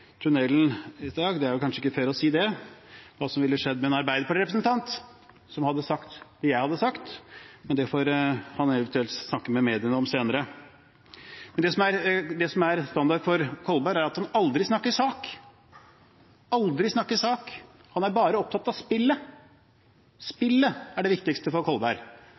en arbeiderpartirepresentant som hadde sagt det jeg hadde sagt, men det får han eventuelt snakke med mediene om senere. Men det som er standard for Kolberg, er at han aldri snakker sak. Han snakker aldri sak, han er bare opptatt av spillet, spillet er det viktigste for Kolberg.